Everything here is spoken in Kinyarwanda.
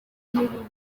n’ibindi